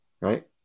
Right